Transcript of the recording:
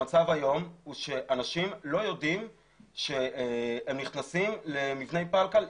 המצב היום שאנשים לא יודעים שהם נכנסים למבני פלקל.